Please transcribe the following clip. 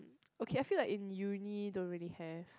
okay I feel like in uni don't really have